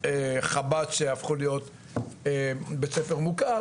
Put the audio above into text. וחב"ד שהפכו להיות בית ספר מוכר,